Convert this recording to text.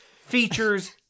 features